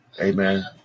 Amen